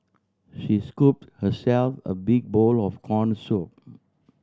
she scooped herself a big bowl of corn soup